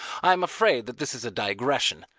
i am afraid that this is a digression.